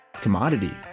commodity